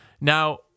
Now